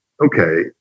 okay